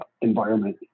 environment